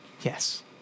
Yes